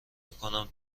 میکنم